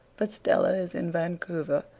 but stella is in vancouver,